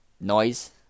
noise